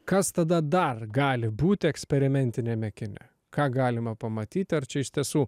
kas tada dar gali būti eksperimentiniame kine ką galima pamatyti ar čia iš tiesų